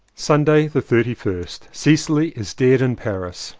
sunday the thirty first. cecily is dead in paris.